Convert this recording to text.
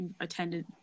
attended